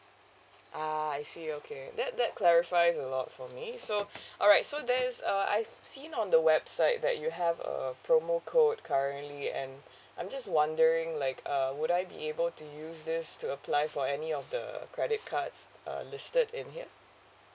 ah I see okay that that clarifies a lot for me so alright so that's uh I've seen on the website that you have a promo code currently and I'm just wondering like uh would I be able to use this to apply for any of the credit cards uh listed in here